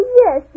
yes